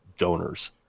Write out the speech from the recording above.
Donors